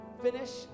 finish